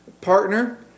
partner